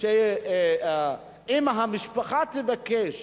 אם המשפחה תבקש